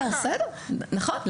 בסדר, נכון.